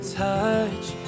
touch